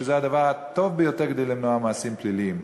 שזה הדבר הטוב ביותר כדי למנוע מעשים פליליים.